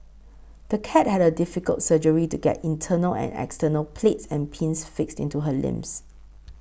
the cat had a difficult surgery to get internal and external plates and pins fixed into her limbs